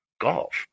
golf